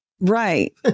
Right